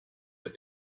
but